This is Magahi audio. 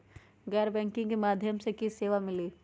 गैर बैंकिंग के माध्यम से की की सेवा मिली?